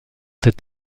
ces